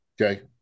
Okay